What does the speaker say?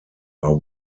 are